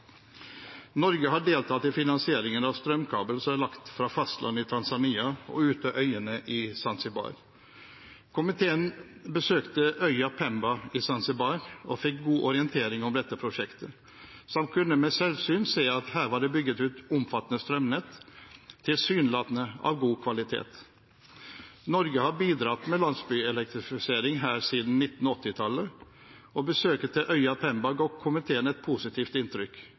Norge har deltatt i finansieringen av en strømkabel som er lagt fra fastlandet i Tanzania og ut til øyene i Zanzibar. Komiteen besøkte øya Pemba i Zanzibar og fikk god orientering om dette prosjektet, samt kunne med selvsyn se at det her var bygget ut omfattende strømnett, tilsynelatende av god kvalitet. Norge har bidratt med landsbyelektrifisering her siden 1980-tallet. Besøket til øya Pemba ga komiteen et positivt inntrykk,